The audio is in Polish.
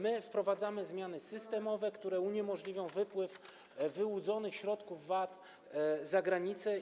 My wprowadzamy zmiany systemowe, które uniemożliwią wypływ wyłudzonych środków VAT za granicę.